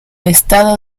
estado